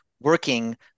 working